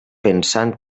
pensant